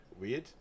weird